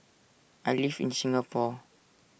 I live in Singapore